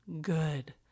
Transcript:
good